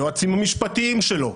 היועצים המשפטיים שלו.